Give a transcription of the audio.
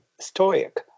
stoic